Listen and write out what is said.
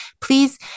Please